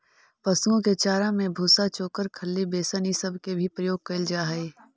पशुओं के चारा में भूसा, चोकर, खली, बेसन ई सब के भी प्रयोग कयल जा हई